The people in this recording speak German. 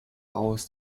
baus